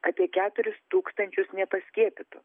apie keturis tūkstančius nepaskiepytų